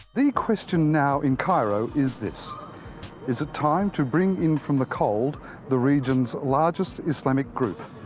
the question now in cairo is this is it time to bring in from the cold the region's largest islamic group,